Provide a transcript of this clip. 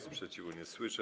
Sprzeciwu nie słyszę.